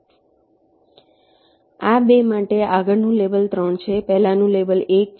આ 2 માટે આગળનું લેબલ 3 છે પહેલાનું લેબલ 1 છે